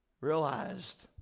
realized